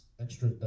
extra